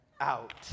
Out